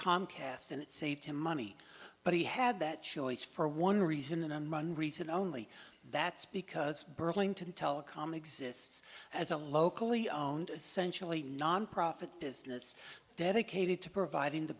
comcast and it saved him money but he had that choice for one reason and run reason only that's because burlington telecom exists as a locally owned essential a nonprofit business dedicated to providing the